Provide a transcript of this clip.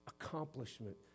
accomplishment